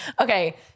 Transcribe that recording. Okay